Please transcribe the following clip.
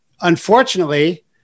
unfortunately